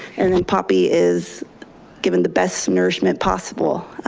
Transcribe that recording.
and then poppy is given the best nourishment possible.